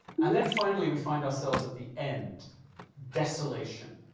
and then finally we find ourselves at the end desolation.